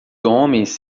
homens